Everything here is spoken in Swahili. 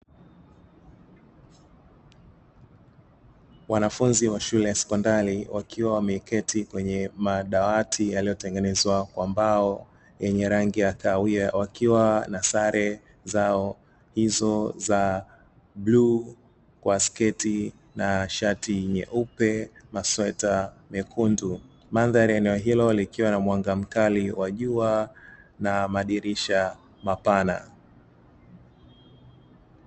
Wanafunzi wa shule ya sekondari, wakiwa wameketi kwenye madawati yaliyotengenezwa kwa mbao yenye rangi ya kahawia, wakiwa na sare zao hizo za bluu kwa sketi na shati nyeupe, masweta mekundu. Mandhari ya eneo hilo likiwa na mwanga mkali wa jua na madirisha mapana.